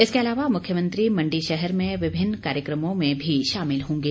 इसके अलावा मुख्यमंत्री मंडी शहर में विभिन्न कार्यक्रमों में भी शामिल होंगे